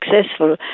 successful